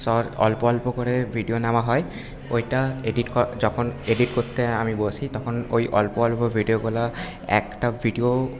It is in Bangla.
শর্ট অল্প অল্প করে ভিডিও নেওয়া হয় ওইটা এডিট যখন এডিট করতে আমি বসি তখন ওই অল্প অল্প ভিডিওগুলো একটা ভিডিও